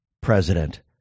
president